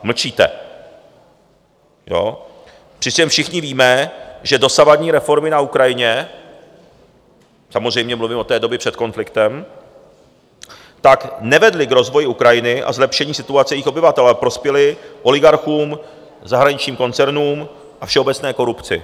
Mlčíte, ano, přičemž všichni víme, že dosavadní reformy na Ukrajině samozřejmě mluvím o době před konfliktem nevedly k rozvoji Ukrajiny a zlepšení situace jejích obyvatel, ale prospěly oligarchům, zahraničním koncernům a všeobecné korupci.